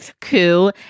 coup